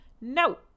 no